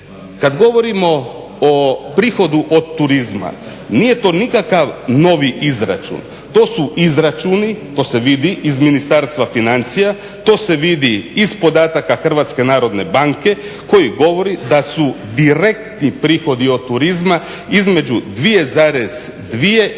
Kad govorimo o prihodu od turizma, nije to nikakav novi izračun, to su izračuni, to se vidi iz Ministarstva financija, to se vidi iz podatka HNB-a koji govori da su direktni prihodi od turizma između 2,2